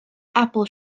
apple